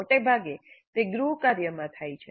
મોટેભાગે તે ગૃહ કાર્યમાં થાય છે